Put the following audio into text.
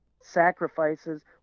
sacrifices